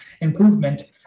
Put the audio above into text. improvement